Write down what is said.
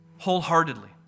wholeheartedly